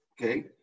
okay